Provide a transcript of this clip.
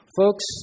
Folks